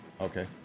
Okay